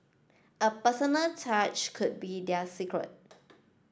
a personal touch could be their secret